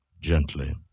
gently